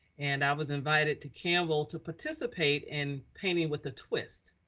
and i was invited to campbell to participate in painting with a twist.